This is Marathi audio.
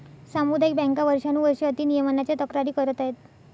सामुदायिक बँका वर्षानुवर्षे अति नियमनाच्या तक्रारी करत आहेत